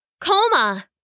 Coma